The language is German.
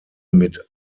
mit